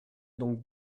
donc